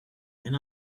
and